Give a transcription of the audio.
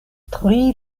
tri